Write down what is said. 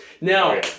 Now